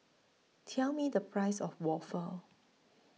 Tell Me The Price of Waffle